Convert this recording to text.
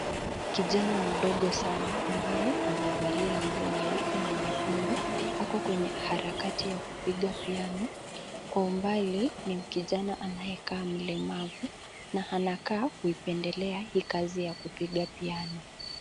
Kijana mdogo sana ambaye amevalia nguo nyeupe na nyekundu ako kwenye harakati ya kupiga piano. Kwa umbali ni kijana anayekaa mlemavu na anakaa kuipendelea hii kazi ya kupiga piano.